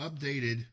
updated